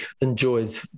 enjoyed